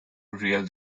real